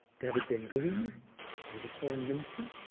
david ben gurion and his foreign minister.